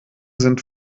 sind